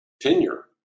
tenure